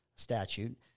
statute